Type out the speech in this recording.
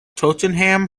tottenham